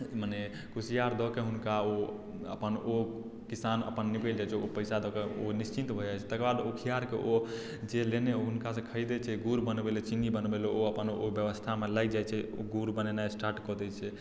मने कुशियार दऽके हुनका ओ अपन ओ किसान अपन निकलि जाइ छै अपन पैसा दऽके ओ निश्चिन्त भऽ जाइ छै तकरबाद उखियारके ओ जे लेने हुनकासँ खरीदय छै गुड़ बनबय लए चिन्नी बनबय लए ओ अपन ओ व्यवस्थामे लागि जाइ छै ओ गुड़ बनेनाइ स्टार्ट कऽ दै छै